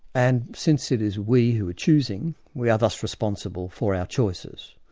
and since it is we who choosing, we are thus responsible for our choices.